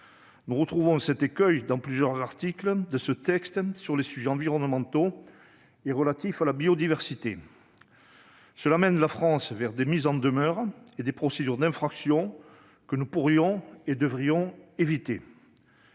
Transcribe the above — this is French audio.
Nous retrouvons cet écueil dans plusieurs articles de ce texte sur les sujets environnementaux et relatifs à la biodiversité. Cela mène la France vers des mises en demeure et des procédures d'infraction que nous pourrions et devrions éviter.